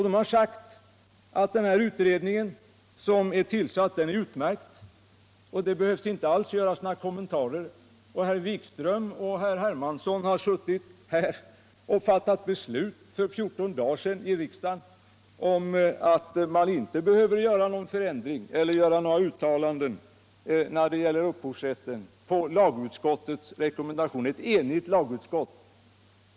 De har sagt att den tillsatta utredningen är utmärkt och att det inte alls behöver göras några kommentarer. Och herr Wikström och hert Hermansson har för 14 dagar sedan suttit här i riksdagen och fattat beslut om att man inte behöver göra några uttalanden när det gäller upphovsrätten, detta på rekommendation av ett enigt lagutskott.